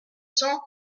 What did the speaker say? cent